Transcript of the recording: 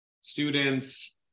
students